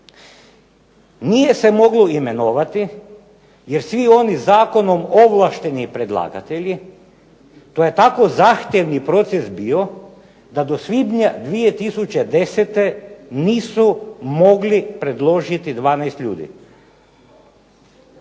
nije se moglo imenovati, jer svi oni zakonom ovlašteni predlagatelji, to je tako zahtjevni proces bio da do svibnja 2010. nisu mogli predložiti 12 ljudi.